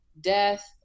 death